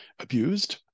abused